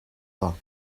pas